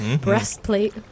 breastplate